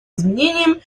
изменениям